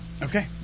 Okay